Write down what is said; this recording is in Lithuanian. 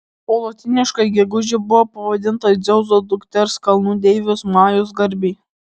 o lotyniškai gegužė buvo pavadinta dzeuso dukters kalnų deivės majos garbei